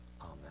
amen